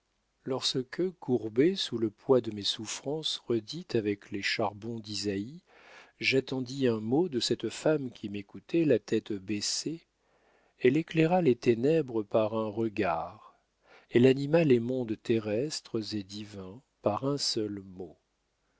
hiver lorsque courbé sous le poids de mes souffrances redites avec les charbons d'isaïe j'attendis un mot de cette femme qui m'écoutait la tête baissée elle éclaira les ténèbres par un regard elle anima les mondes terrestres et divins par un seul mot